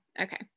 okay